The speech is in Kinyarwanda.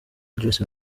address